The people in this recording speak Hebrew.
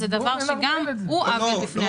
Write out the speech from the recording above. זה דבר שגם הוא עוול בפני עצמו.